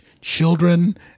children